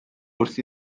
wrth